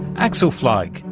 axel flaig,